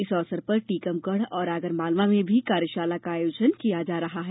इस अवसर पर टीकमगढ़ और आगरमालवा में भी कार्यशाला का आयोजन किया जा रहा है